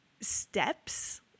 steps